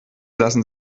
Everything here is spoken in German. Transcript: lassen